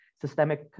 systemic